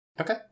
Okay